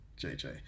JJ